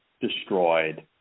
destroyed